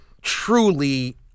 truly